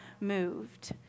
moved